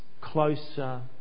closer